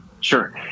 sure